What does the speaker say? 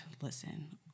listen